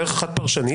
דרך אחת היא פרשנית.